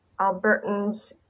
Albertans